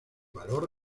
valor